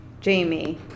Jamie